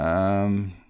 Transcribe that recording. um